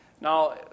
Now